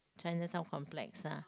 China town complex ah